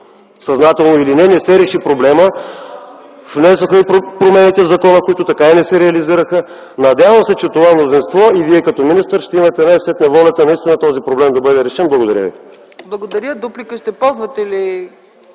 съзнателно или не. Не се реши проблемът. (Реплики от КБ.) Внесоха и промените в закона, които така и не се реализираха. Надявам се, че това мнозинство и Вие като министър ще имате най-сетне волята този проблем наистина да бъде решен. Благодаря Ви.